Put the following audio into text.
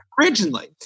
originally